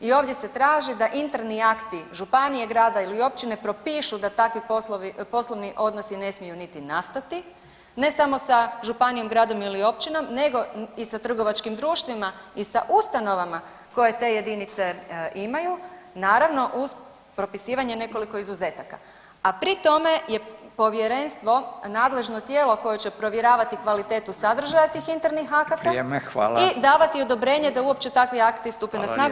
I ovdje se traži da interni akti županije, grada ili općine propišu da takvi poslovni odnosi ne smiju niti nastati ne samo sa županijom, gradom ili općinom nego i sa trgovačkim društvima i sa ustanovama koje te jedinice imaju, naravno uz propisivanje nekoliko izuzetaka, a pri tome je povjerenstvo nadležno tijelo koje će provjeravati kvalitetu sadržaja tih internih akata [[Upadica: Vrijeme, hvala]] i davati odobrenje da uopće takvi akti stupe na snagu.